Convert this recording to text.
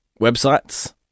websites